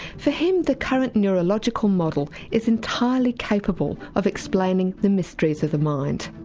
for him the current neurological model is entirely capable of explaining the mysteries of the mind.